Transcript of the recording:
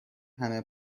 همه